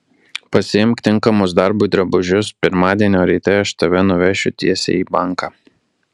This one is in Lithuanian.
pasiimk tinkamus darbui drabužius pirmadienio ryte aš tave nuvešiu tiesiai į banką